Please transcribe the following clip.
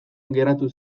geratu